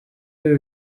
ibi